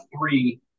three